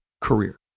career